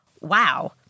wow